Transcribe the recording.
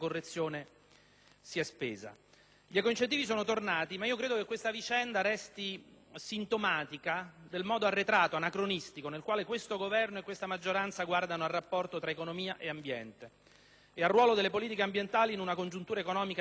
Gli ecoincentivi sono tornati, ma credo che questa vicenda resti sintomatica del modo arretrato ed anacronistico con il quale questo Governo e questa maggioranza guardano al rapporto tra economia ed ambiente, nonché al ruolo delle politiche ambientali in una congiuntura economica difficilissima come quella attuale.